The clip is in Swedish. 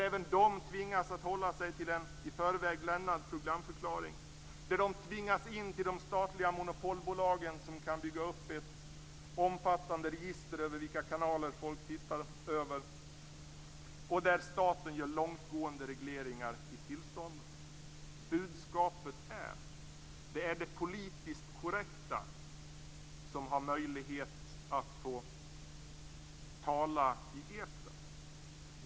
Även dessa bolag tvingas att hålla sig till en i förväg lämnad programförklaring. De tvingas in till de statliga monopolbolagen som kan bygga upp ett omfattande register över vilka kanaler folk tittar på. Staten gör långtgående regleringar i tillstånden. Budskapet är att det är det politiskt korrekta som har möjlighet att få tala i etern.